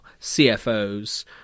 CFOs